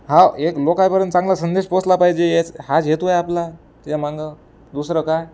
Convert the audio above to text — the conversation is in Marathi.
हो एक लोकापर्यंत चांगला संदेश पोचला पाहिजे याच हाच हेतू आहे आपला त्याच्या मागं दुसरं काय